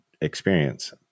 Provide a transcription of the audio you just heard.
experience